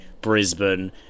Brisbane